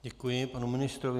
Děkuji panu ministrovi.